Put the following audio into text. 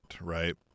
right